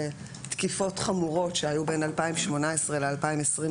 תקיפות חמורות שהיו בין 2018 ל-2022,